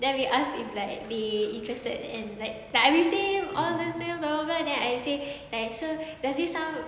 then we ask if like they interested and like I'd say all those things blah blah blah then I say like sir does this sounds